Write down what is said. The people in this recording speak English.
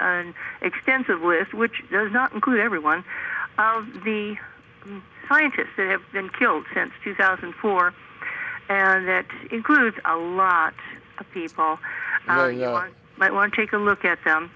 an extensive list which does not include everyone the scientists that have been killed since two thousand and four and that includes a lot of people might want to take a look at them